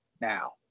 now